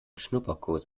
schnupperkurs